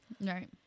Right